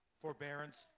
forbearance